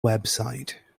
website